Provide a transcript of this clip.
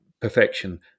perfection